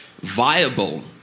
viable